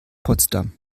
potsdam